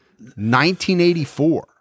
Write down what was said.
1984